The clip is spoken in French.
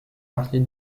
partie